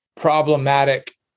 problematic